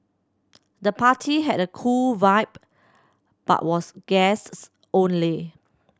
the party had a cool vibe but was guests only